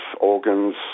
organs